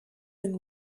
and